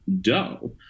dough